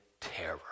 terror